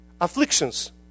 afflictions